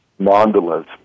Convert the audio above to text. mandalas